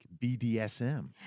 BDSM